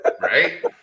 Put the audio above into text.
Right